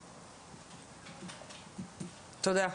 תודה.